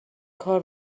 کار